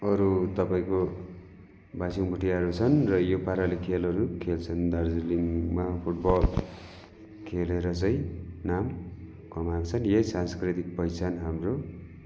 अरू तपाईँको भाइचुङ भोटियाहरू छन् यो पाराले खेलहरू खेल्छन् दार्जिलिङमा फुटबल खेलेर चाहिँ नाम कमाएको छन् यही सांस्कृतिक पहिचान हाम्रो